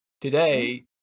today